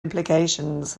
implications